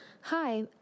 Hi